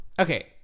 Okay